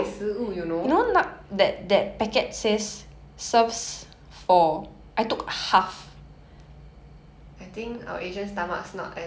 I think our asian stomachs not as big as italian stomachs or maybe the noodle 涨